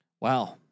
Wow